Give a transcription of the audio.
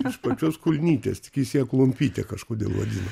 iš pačios kulnytės tik jis ją klumpyte kažkodėl vadino